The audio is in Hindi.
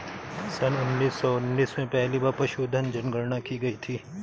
सन उन्नीस सौ उन्नीस में पहली बार पशुधन जनगणना की गई थी